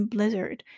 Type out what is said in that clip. Blizzard